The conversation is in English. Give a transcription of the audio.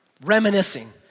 reminiscing